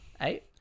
Eight